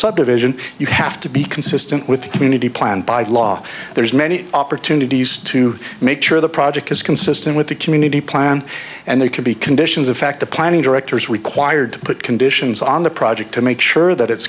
subdivision you have to be consistent with the community plan by law there's many opportunities to make sure the project is consistent with the community plan and there could be conditions of fact the planning directors required to put conditions on the project to make sure that it's